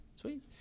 sweet